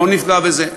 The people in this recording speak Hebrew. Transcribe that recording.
לא נפגע בזה,